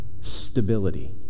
stability